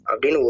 Abdin